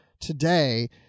today